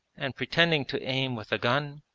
and pretending to aim with a gun,